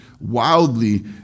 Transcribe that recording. wildly